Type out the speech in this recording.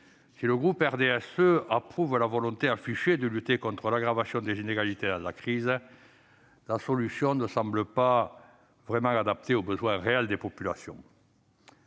Social Européen approuve la volonté affichée de lutter contre l'aggravation des inégalités dans la crise, la solution choisie ne semble pas vraiment adaptée aux besoins réels de la population.